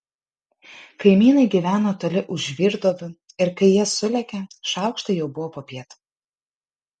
kaimynai gyveno toli už žvyrduobių ir kai jie sulėkė šaukštai jau buvo popiet